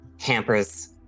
hampers